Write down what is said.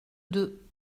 deux